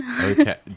Okay